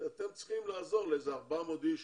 אתם צריכים לעזור ל-400 אנשים,